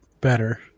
better